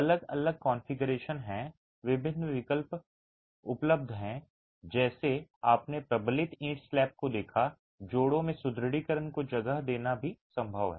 अलग अलग कॉन्फ़िगरेशन हैं विभिन्न विकल्प उपलब्ध हैं जैसे आपने प्रबलित ईंट स्लैब को देखा जोड़ों में सुदृढीकरण को जगह देना भी संभव है